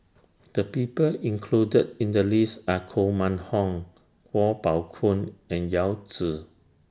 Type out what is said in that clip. The People included in The list Are Koh Mun Hong Kuo Pao Kun and Yao Zi